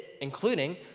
including